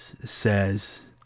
says